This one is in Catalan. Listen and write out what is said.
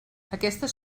aquestes